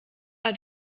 war